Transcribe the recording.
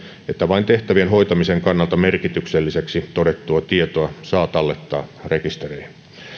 että vain tehtävien hoitamisen kannalta merkitykselliseksi todettua tietoa saa tallettaa rekisteriin